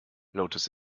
lotus